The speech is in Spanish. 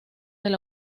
del